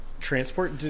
Transport